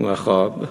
נכון.